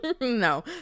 No